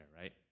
right